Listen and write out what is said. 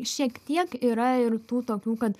šiek tiek yra ir tų tokių kad